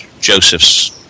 Joseph's